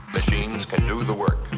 machines can do the work.